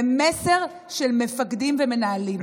ומסר של מפקדים ומנהלים.